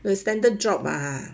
the standard drop ah